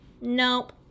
nope